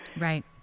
Right